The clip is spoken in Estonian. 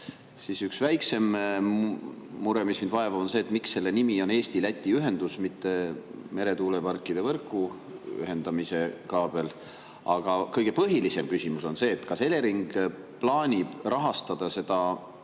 Üks väiksem mure, mis mind vaevab, on see, miks selle nimi on Eesti-Läti ühendus, mitte meretuuleparkide võrku ühendamise kaabel. Aga kõige põhilisem küsimus on see: kas Elering plaanib rahastada seda